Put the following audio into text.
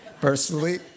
Personally